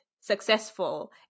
successful